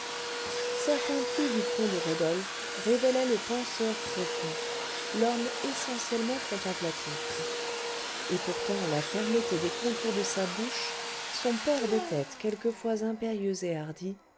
certains plis du front de rodolphe révélaient le penseur profond l'homme essentiellement contemplatif et pourtant la fermeté des contours de sa bouche son port de tête quelquefois impérieux et hardi